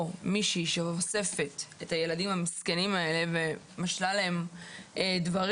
מישהו שאוספת את הילדים המסכנים האלה ומשלה להם דברים.